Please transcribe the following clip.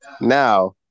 Now